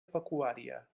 pecuària